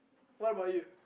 what about you